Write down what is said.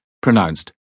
pronounced